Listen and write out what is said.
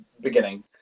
beginning